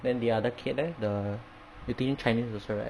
then the other kid leh the you teaching chinese also right